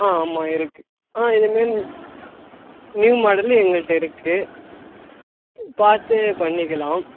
ஆ ஆமாம் இருக்கு ஆ இத மேரி நியூ மாடல் எங்கள்கிட்ட இருக்கு பார்த்து பண்ணிக்கலாம்